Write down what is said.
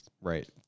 right